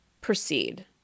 proceed